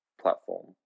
platform